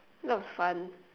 not fun